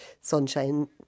sunshine